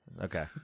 Okay